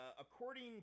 according